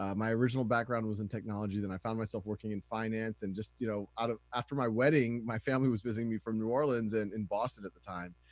um my original background was in technology. then i found myself working in finance and just you know ah after my wedding, my family was visiting me from new orleans and in boston at the time,